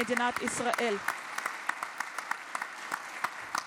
ולארצות הברית אין חברה טובה יותר ממדינת ישראל.) (מחיאות כפיים)